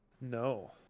No